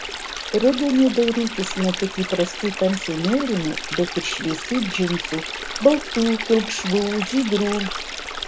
rudenį dairykis ne tik įprastų tamsiai mėlynų bet ir šviesių džinsų baltų pilkšvų žydrų